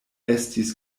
estis